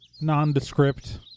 nondescript